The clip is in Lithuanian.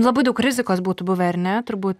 labai daug rizikos būtų buvę ar ne turbūt